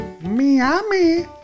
Miami